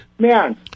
Man